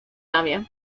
ramię